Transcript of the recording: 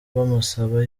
bamusaba